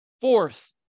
fourth